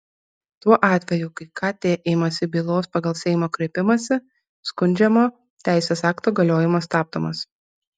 tuo atveju kai kt imasi bylos pagal seimo kreipimąsi skundžiamo teisės akto galiojimas stabdomas